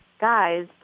guys